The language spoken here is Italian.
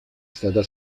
stata